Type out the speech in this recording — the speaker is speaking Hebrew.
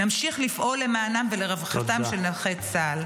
נמשיך לפעול למענם ולרווחתם של נכי צה"ל.